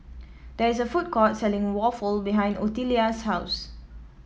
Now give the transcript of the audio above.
there is a food court selling waffle behind Ottilia's house